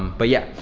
but yeah.